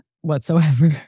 whatsoever